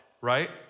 right